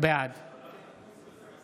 בעד